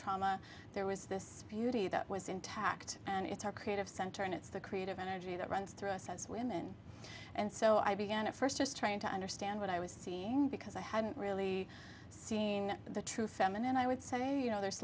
trauma there was this beauty that was intact and it's her creative center and it's the creative energy that runs through us as women and so i began at first just trying to understand what i was seeing because i hadn't really seen the truth and then i would say you know there's